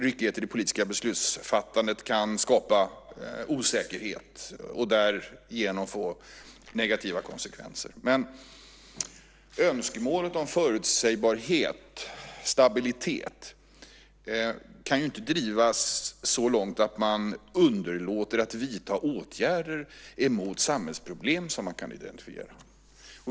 Ryckighet i det politiska beslutsfattandet kan skapa osäkerhet och därigenom få negativa konsekvenser. Men önskemålen om förutsägbarhet och stabilitet kan ju inte drivas så långt att man underlåter att vidta åtgärder mot samhällsproblem som man kan identifiera.